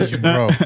Bro